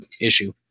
issue